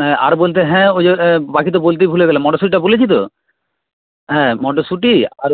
হ্যাঁ আর বলতে হ্যাঁ ওই তো বাকি তো বলতেই ভুলে গেলাম মটরশুঁটিটা বলেছি তো হ্যাঁ মটরশুঁটি আর